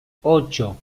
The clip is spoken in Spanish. ocho